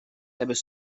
hebben